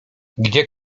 gdzie